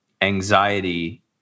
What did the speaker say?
anxiety